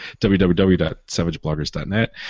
www.savagebloggers.net